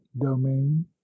domain